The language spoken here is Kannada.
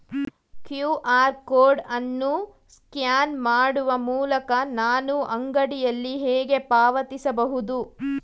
ಕ್ಯೂ.ಆರ್ ಕೋಡ್ ಅನ್ನು ಸ್ಕ್ಯಾನ್ ಮಾಡುವ ಮೂಲಕ ನಾನು ಅಂಗಡಿಯಲ್ಲಿ ಹೇಗೆ ಪಾವತಿಸಬಹುದು?